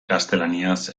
gaztelaniaz